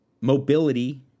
Mobility